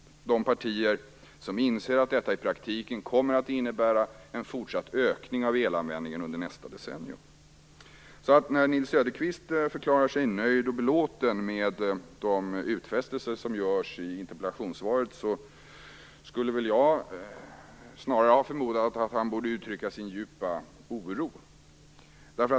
Det är de partier som inser att detta i praktiken kommer att innebära en fortsatt ökning av elanvändningen under nästa decennium. Nils-Erik Söderqvist förklarar sig nöjd och belåten med de utfästelser som görs i interpellationssvaret. Jag skulle snarare ha förmodat att han borde uttrycka sin djupa oro.